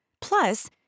Plus